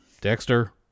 Dexter